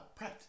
Prepped